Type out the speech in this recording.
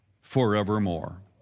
forevermore